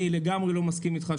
אני לגמרי לא מסכים איתך,